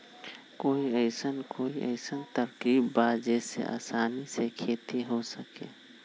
कोई अइसन कोई तरकीब बा जेसे आसानी से खेती हो सके?